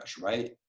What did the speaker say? right